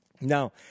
Now